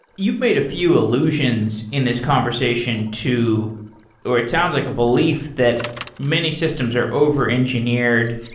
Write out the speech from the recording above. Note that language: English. you've made a few illusions in this conversation to or it sounds like a belief that many systems are over-engineered.